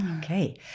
Okay